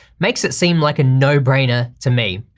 makes it seem like a no-brainer to me.